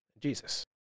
Jesus